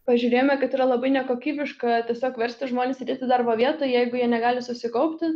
pažiūrėjome kad yra labai nekokybiška tiesiog versti žmones sėdėti darbo vietoj jeigu jie negali susikaupti